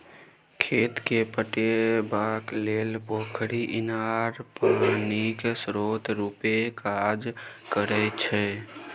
खेत केँ पटेबाक लेल पोखरि, इनार पानिक स्रोत रुपे काज करै छै